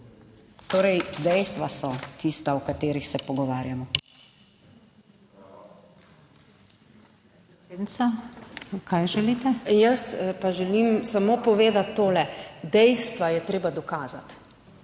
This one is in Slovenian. Torej, dejstva so tista o katerih se pogovarjamo.